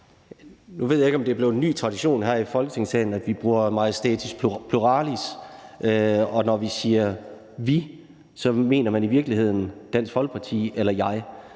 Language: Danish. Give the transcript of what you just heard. Nu ved jeg ikke, om det er blevet en ny tradition her i Folketingssalen, at vi bruger pluralis majestatis. Når man siger vi, så mener man i virkeligheden Dansk Folkeparti eller jeg.